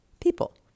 people